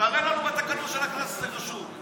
תראה לנו בתקנון של הכנסת שזה רשום.